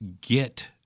get